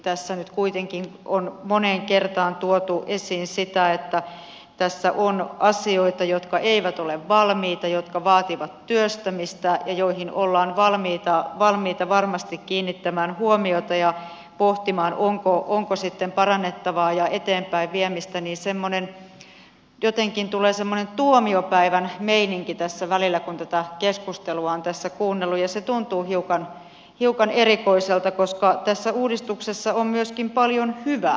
tässä nyt kuitenkin on moneen kertaan tuotu esiin sitä että tässä on asioita jotka eivät ole valmiita jotka vaativat työstämistä ja joihin ollaan valmiita varmasti kiinnittämään huomiota ja pohtimaan onko sitten parannettavaa ja eteenpäinviemistä joten jotenkin tulee semmoinen tuomiopäivän meininki tässä välillä kun tätä keskustelua on tässä kuunnellut ja se tuntuu hiukan erikoiselta koska tässä uudistuksessa on myöskin paljon hyvää